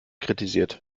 kritisiert